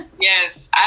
Yes